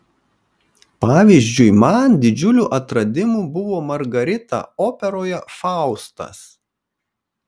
pavyzdžiui man didžiuliu atradimu buvo margarita operoje faustas